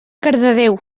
cardedeu